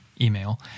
email